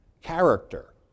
Character